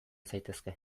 zaitezke